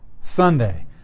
Sunday